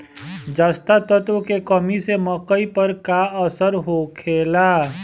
जस्ता तत्व के कमी से मकई पर का असर होखेला?